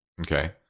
okay